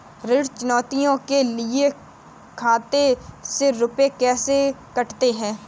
ऋण चुकौती के लिए खाते से रुपये कैसे कटते हैं?